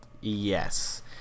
Yes